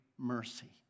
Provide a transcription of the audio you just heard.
Mercy